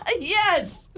Yes